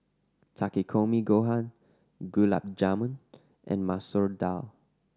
Takikomi Gohan Gulab Jamun and Masoor Dal